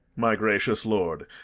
my gracious lord,